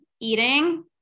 eating